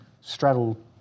straddled